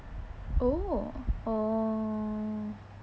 oh oh